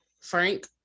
Frank